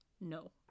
no